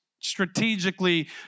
strategically